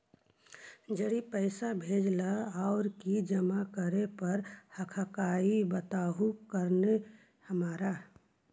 जड़ी पैसा भेजे ला और की जमा करे पर हक्काई बताहु करने हमारा?